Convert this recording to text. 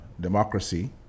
democracy